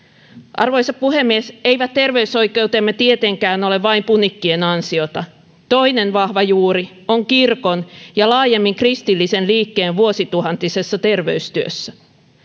arvoisa puhemies eivät terveysoikeutemme tietenkään ole vain punikkien ansiota toinen vahva juuri on kirkon ja laajemmin kristillisen liikkeen vuosituhantisessa terveystyössä